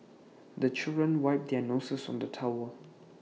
the children wipe their noses on the towel